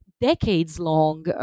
decades-long